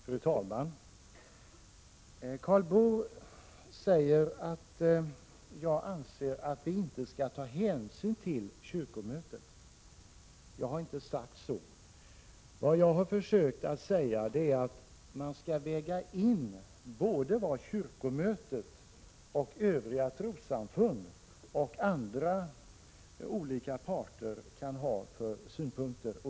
28 oktober 1987 Fru talman! Karl Boo säger att jag anser att vi inte skall ta hänsyn till An oi tr I kyrkomötet. Jag harinte sagtså. Vad jag försökt säga är att man skall väga in både kyrkomötets och övriga trossamfunds liksom andra olika parters synpunkter.